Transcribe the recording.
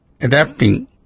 adapting